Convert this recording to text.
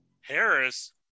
Harris